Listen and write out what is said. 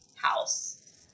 house